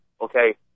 okay